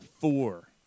four